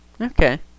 Okay